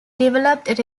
developed